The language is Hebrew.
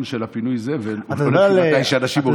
של פינוי הזבל הוא לא כשאנשים מורידים זבל.